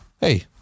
Hey